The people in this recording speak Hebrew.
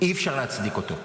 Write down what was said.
אי-אפשר להצדיק אותו.